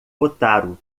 otaru